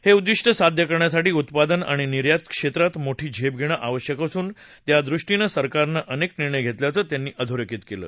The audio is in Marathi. हे उद्दिष्ट साध्य करण्यासाठी उत्पादन आणि निर्यात क्षेत्रांत मोठी झेप घेणं आवश्यक असून त्यादृष्टीनं सरकारनं अनेक निर्णय घेतल्याचं त्यांनी अधोरेखित केलं